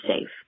safe